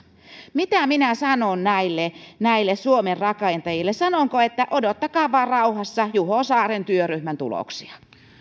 mitä minä sanon näille näille suomen rakentajille sanonko että odottakaa vaan rauhassa juho saaren työryhmän tuloksia